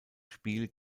spiel